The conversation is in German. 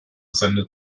seine